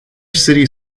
city